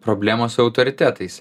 problema su autoritetais